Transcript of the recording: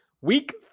week